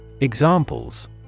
Examples